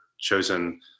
chosen